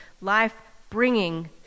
life-bringing